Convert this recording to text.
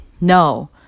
No